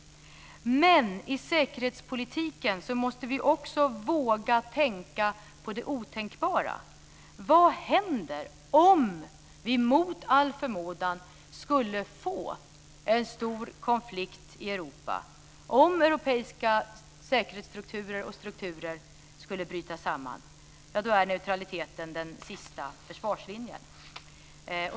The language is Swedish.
Men i säkerhetspolitiken måste vi också våga tänka på det otänkbara. Vad händer om vi mot all förmodan skulle få en stor konflikt i Europa, om europeiska säkerhetsstrukturer och andra strukturer skulle bryta samman? Då är neutraliteten den sista försvarslinjen.